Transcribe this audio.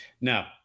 Now